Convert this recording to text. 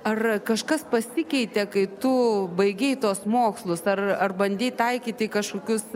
ar kažkas pasikeitė kai tu baigei tuos mokslus ar ar bandei taikyti kažkokius